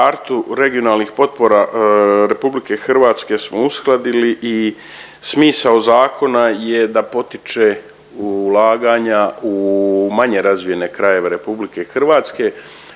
kartu regionalnih potpora RH smo uskladili i smisao zakona je da potiče ulaganja u manje razvijene krajeve RH, pri tom